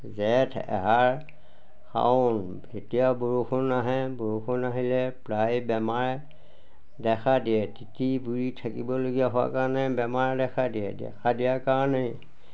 জেঠ আহাৰ শাওন তেতিয়া বৰষুণ আহে বৰষুণ আহিলে প্ৰায় বেমাৰে দেখা দিয়ে তিতি বুৰি থাকিবলগীয়া হোৱাৰ কাৰণে বেমাৰে দেখা দিয়ে দেখা দিয়াৰ কাৰণে